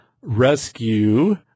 rescue